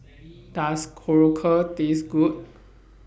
Does Korokke Taste Good